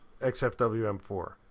XFWM4